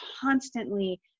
constantly